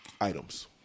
Items